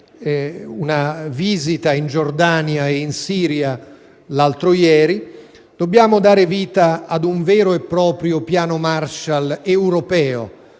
una visita in Giordania e in Siria, l'altro ieri - di dare vita ad un vero e proprio piano Marshall europeo